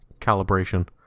calibration